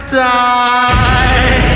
die